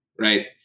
Right